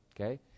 Okay